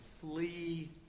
flee